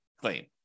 claim